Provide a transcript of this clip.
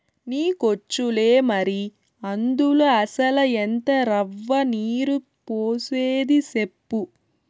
నీకొచ్చులే మరి, అందుల అసల ఎంత రవ్వ, నీరు పోసేది సెప్పు